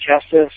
Justice